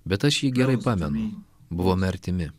bet aš jį gerai pamenu buvome artimi